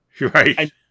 Right